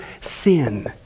sin